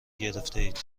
گرفتهاید